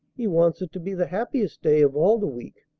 he wants it to be the happiest day of all the week.